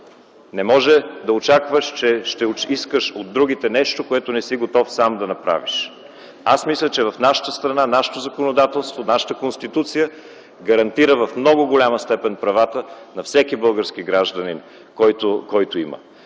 Не може да очакваш, че ще искаш от другите нещо, което не си готов сам да направиш. Аз мисля, че в нашата страна нашето законодателство, нашата Конституция, гарантира в много голяма степен правата на всеки български гражданин. Това